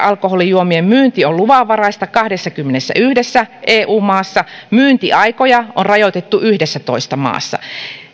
alkoholijuomien myynti on luvanvaraista kahdessakymmenessäyhdessä eu maassa myyntiaikoja on rajoitettu yhdessätoista maassa